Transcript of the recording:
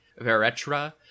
Veretra